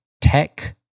tech